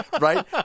right